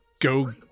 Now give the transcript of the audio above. go